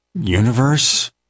Universe